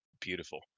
beautiful